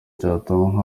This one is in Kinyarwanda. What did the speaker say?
cyatuma